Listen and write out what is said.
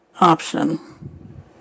option